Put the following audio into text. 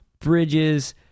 bridges